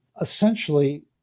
essentially